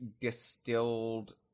distilled